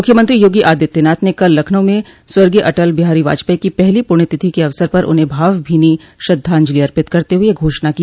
मुख्यमंत्री योगी आदित्यनाथ ने कल लखनऊ में स्वर्गीय अटल बिहारी वाजपेई की पहली पुण्यतिथि के अवसर पर उन्हें भावभीनी श्रद्वाजंलि अर्पित करते हुए यह घोषणा की